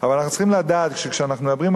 כך שיש לזה חשיבות גדולה מאוד.